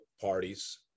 parties